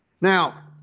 Now